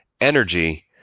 energy